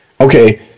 okay